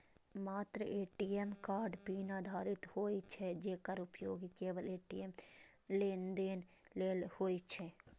मात्र ATM card PIN आधारित होइ छै, जेकर उपयोग केवल ए.टी.एम लेनदेन लेल होइ छै